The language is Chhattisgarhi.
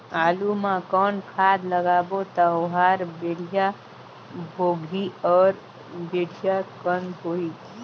आलू मा कौन खाद लगाबो ता ओहार बेडिया भोगही अउ बेडिया कन्द होही?